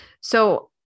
So-